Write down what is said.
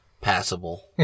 passable